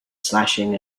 slashing